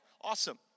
Awesome